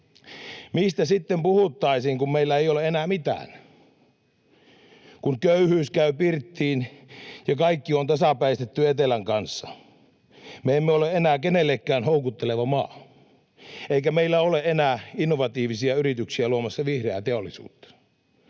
mistä sitten puhuttaisiin, kun meillä ei ole enää mitään? Kun köyhyys käy pirttiin ja kaikki on tasapäistetty etelän kanssa, me emme ole enää kenellekään houkutteleva maa eikä meillä ole enää innovatiivisia yrityksiä luomassa vihreää teollisuutta.